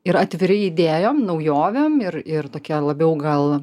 ir atviri idėjom naujovėm ir ir tokie labiau gal